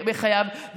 בחייו,